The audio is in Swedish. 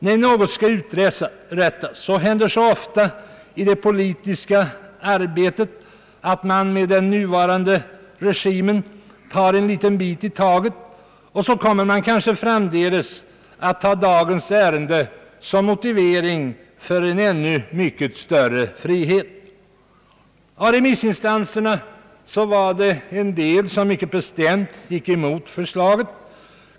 När något skall uträttas händer det så ofta i det politiska arbetet med den nuvarande regimen att man tar en liten bit i taget. Framdeles kommer man kanske att ta dagens ärende som motivering för en ännu mycket större fri Het. Några av remissinstanserna gick mycket bestämt emot förslaget.